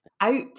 out